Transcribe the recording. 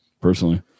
personally